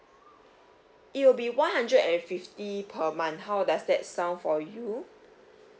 it will be one hundred and fifty per month how does that sound for you